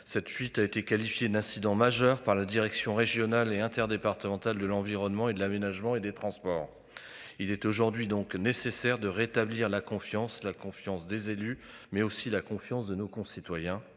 Cette fuite a été qualifié d'incident majeur par la direction régionale et interdépartementale de l'environnement et de l'aménagement et des transports. Il est aujourd'hui donc nécessaire de rétablir la confiance, la confiance des élus mais aussi la confiance de nos concitoyens.